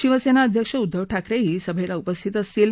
शिवसेना अध्यक्ष उद्दव ठाकरेही सभेला उपस्थित असतील